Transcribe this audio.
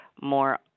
more